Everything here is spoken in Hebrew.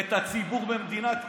את הציבור במדינת ישראל?